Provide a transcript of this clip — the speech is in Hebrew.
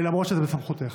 למרות שזה בסמכותך.